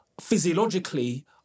physiologically